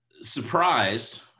surprised